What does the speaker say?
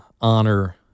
honor